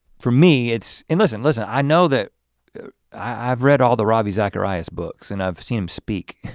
for me it's in listen, listen. i know that i've read all the ravi zacharias' books and i've seen him speak.